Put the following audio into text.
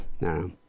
no